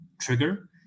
trigger